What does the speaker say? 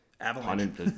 Avalanche